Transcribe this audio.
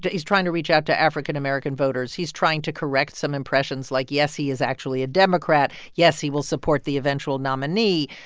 he's trying to reach out to african-american voters. he's trying to correct some impressions. like, yes, he is actually a democrat. yes, he will support the eventual nominee.